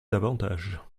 davantage